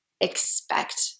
expect